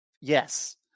Yes